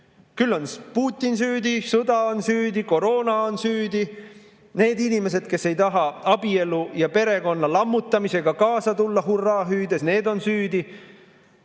Küll on Putin süüdi, sõda on süüdi, koroona on süüdi, need inimesed, kes ei taha abielu ja perekonna lammutamisega kaasa tulla hurraa hüüdes, on süüdi.